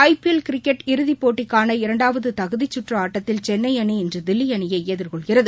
ஐ P L cricket இறுதிப் போட்டிக்கான இரண்டாவது தகுதிச் கற்று ஆட்டத்தில் சென்னை அணி இன்று தில்லி அணியை எதிர்கொள்கிறது